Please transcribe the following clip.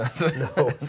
No